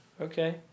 Okay